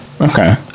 okay